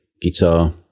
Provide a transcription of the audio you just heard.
guitar